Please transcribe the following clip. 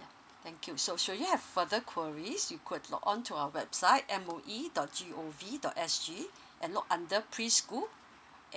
ya thank you so shall you have further quires you could logon to our website M O E dot G O V dot S G and look under preschool